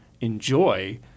enjoy